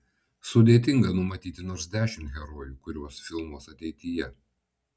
sudėtinga numatyti nors dešimt herojų kuriuos filmuos ateityje